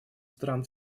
стран